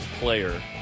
player